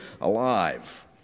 alive